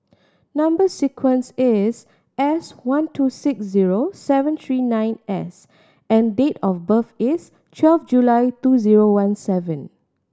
number sequence is S one two six zero seven three nine S and date of birth is twelve July two zero one seven